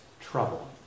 trouble